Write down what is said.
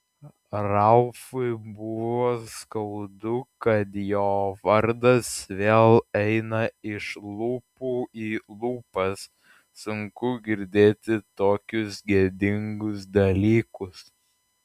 ralfui buvo skaudu kad jo vardas vėl eina iš lūpų į lūpas sunku girdėti tokius gėdingus dalykus